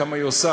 כמה היא עושה,